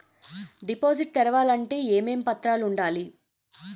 Deposit తెరవాలి అంటే ఏమేం పత్రాలు ఉండాలి?